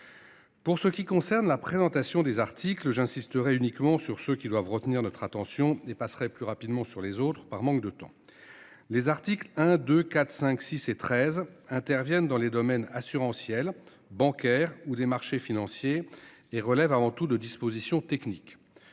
Pour ce qui concerne la présentation des articles j'insisterai uniquement sur ce qu'ils doivent retenir notre attention dépasserait plus rapidement sur les autres par manque de temps. Les articles 1 2 4 5 6 et 13 interviennent dans les domaines assurantiel bancaires ou des marchés financiers les relève avant tout de dispositions techniques.